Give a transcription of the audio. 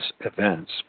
events